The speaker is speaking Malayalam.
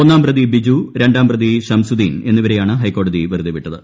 ഒന്നാം പ്രതി ബിജു രണ്ടാം പ്രതി ഷംസുദ്ദീൻ എന്നിവരെയാണ് ഹൈക്കോടതി വെറുതെ വിട്ടത്